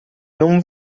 non